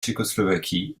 tchécoslovaquie